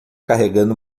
carregando